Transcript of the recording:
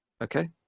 Okay